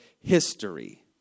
history